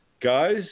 Guys